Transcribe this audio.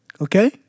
Okay